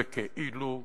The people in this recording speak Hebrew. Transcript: וכאילו,